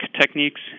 techniques